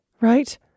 right